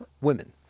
women